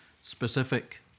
specific